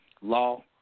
law